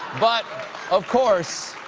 but of course,